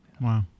Wow